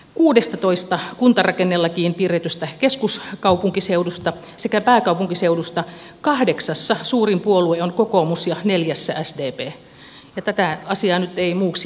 kuudestatoista kuntarakennelakiin kirjatusta keskuskaupunkiseudusta sekä pääkaupunkiseudusta kahdeksassa suurin puolue on kokoomus ja neljässä sdp ja tätä asiaa nyt ei muuksi voi muuttaa